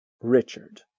Richard